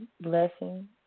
blessing